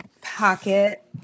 pocket